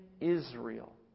Israel